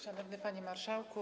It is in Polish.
Szanowny Panie Marszałku!